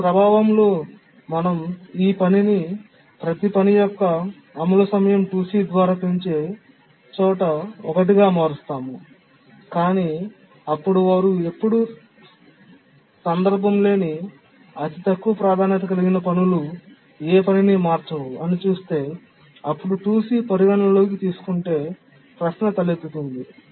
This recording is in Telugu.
ఈ ప్రభావంలో మనం ఈ పనిని ప్రతి పని యొక్క అమలు సమయం 2c ద్వారా పెంచే చోట ఒకటిగా మారుస్తాము కాని అప్పుడు వారు ఎప్పుడూ సందర్భం లేని అతి తక్కువ ప్రాధాన్యత కలిగిన పనులు ఏ పనిని మార్చవు అని చూస్తే అప్పుడు 2c పరిగణనలోకి తీసుకుంటే ప్రశ్న తలెత్తుతుంది